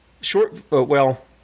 short—well